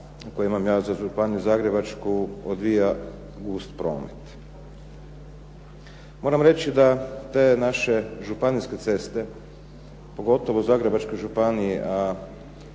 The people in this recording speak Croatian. koje imam ja za Županiju zagrebačku odvija gust promet. Moram reći da te naše županijske ceste pogotovo u Zagrebačkoj županiji